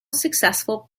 successful